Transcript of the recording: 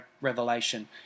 revelation